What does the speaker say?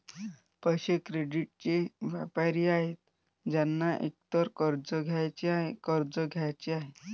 पैसे, क्रेडिटचे व्यापारी आहेत ज्यांना एकतर कर्ज घ्यायचे आहे, कर्ज द्यायचे आहे